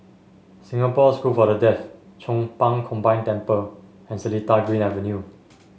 Singapore School for the Deaf Chong Pang Combined Temple and Seletar Green Avenue